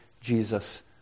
Jesus